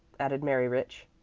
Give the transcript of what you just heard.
added mary rich.